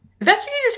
Investigators